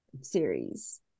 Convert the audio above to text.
series